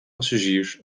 passagiers